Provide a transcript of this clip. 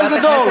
עוול גדול.